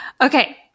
Okay